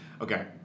okay